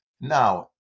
Now